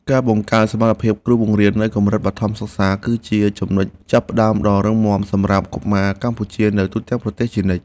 ការបង្កើនសមត្ថភាពគ្រូបង្រៀននៅកម្រិតបឋមសិក្សាគឺជាចំណុចចាប់ផ្តើមដ៏រឹងមាំសម្រាប់កុមារកម្ពុជានៅទូទាំងប្រទេសជានិច្ច។